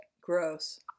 Gross